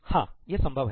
हां यह संभव है